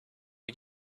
are